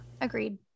agreed